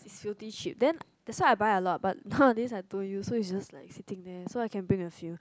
filthy cheap then that's why I buy a lot but nowadays I don't use so it's just like sitting there so I can bring a few